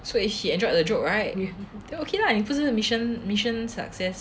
so if she enjoyed the joke right then okay lah 你不是 mission mission success